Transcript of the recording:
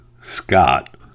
Scott